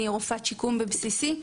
אני רופאת שיקום בבסיסי,